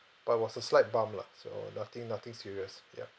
but it was a slight bump lah so nothing nothing serious ya